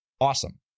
awesome